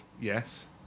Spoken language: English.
Yes